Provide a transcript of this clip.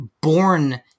born